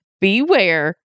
Beware